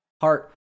heart